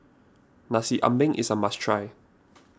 Nasi Ambeng is a must try